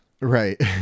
right